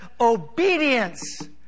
obedience